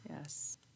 Yes